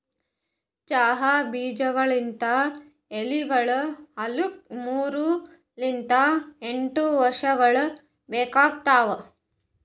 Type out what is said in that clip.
ಚಹಾ ಬೀಜಗೊಳ್ ಲಿಂತ್ ಎಲಿಗೊಳ್ ಆಲುಕ್ ಮೂರು ಲಿಂತ್ ಎಂಟು ವರ್ಷಗೊಳ್ ಬೇಕಾತವ್